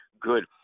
good